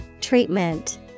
Treatment